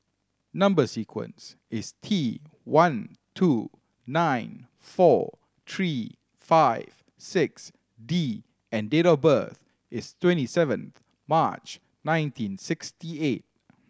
number sequence is T one two nine four three five six D and date of birth is twenty seven March nineteen sixty eight